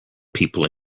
people